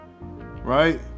right